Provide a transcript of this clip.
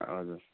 हजुर